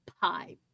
pie